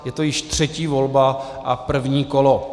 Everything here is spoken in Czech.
Je to již třetí volba a první kolo.